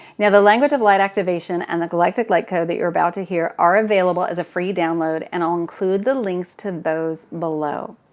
now the language of light activation and the galactic light code that you're about to hear are available as a free download, and i'll include the links to those below.